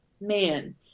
man